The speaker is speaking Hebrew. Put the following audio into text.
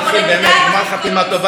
בגמר חתימה טובה לכולנו.